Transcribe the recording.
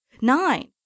Nine